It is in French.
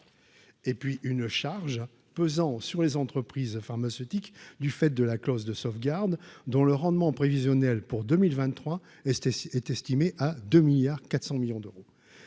et puis une charge pesant sur les entreprises pharmaceutiques du fait de la clause de sauvegarde dont le rendement prévisionnel pour 2023 et c'était, il est